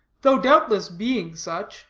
though, doubtless, being such,